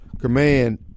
Command